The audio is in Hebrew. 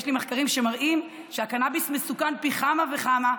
יש לי מחקרים שמראים שהקנביס מסוכן פי כמה וכמה,